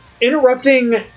interrupting